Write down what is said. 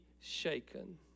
shaken